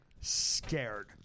scared